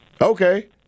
Okay